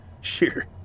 Sure